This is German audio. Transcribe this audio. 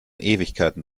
ewigkeiten